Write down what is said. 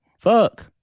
Fuck